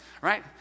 right